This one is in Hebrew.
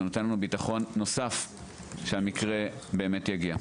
זה נותן לנו ביטחון נוסף שהמקרה באמת יגיע.